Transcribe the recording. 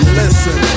listen